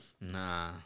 Nah